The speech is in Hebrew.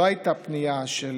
לא הייתה פנייה של